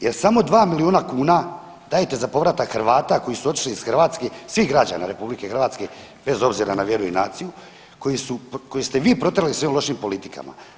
Jer samo 2 miliona kuna dajete za povratak Hrvata koji su otišli iz Hrvatske, svih građana RH bez obzira na vjeru i naciju koji su, koje ste vi protjerali svojim lošim politikama.